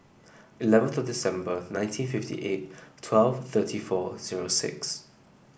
eleven thirty December nineteen fifty eight twelve thirty four zero six